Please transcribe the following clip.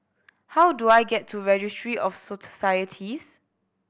how do I get to Registry of